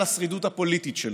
על השרידות הפוליטית שלו,